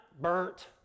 burnt